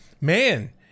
man